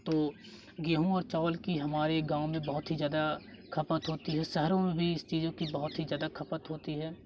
तो गेहूँ और चावल कि हमारे गाँव में बहुत ही ज्यादा खपत होती है शहरों में भी इस चीजों की बहुत ही खपत होती है